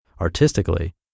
artistically